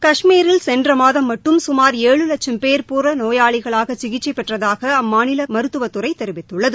கஷ்மீரில் சென்ற மாதம் மட்டும் சுமார் ஏழு லட்சும் பேர் புறநோயாளிகளாக சிகிச்சைப் பெற்றதாக அம்மாநில மருத்துவத்துறை தெரிவித்துள்ளது